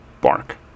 bark